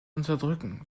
unterdrücken